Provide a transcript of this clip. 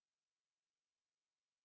okay okay